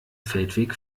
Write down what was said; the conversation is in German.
feldweg